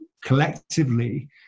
collectively